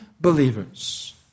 believers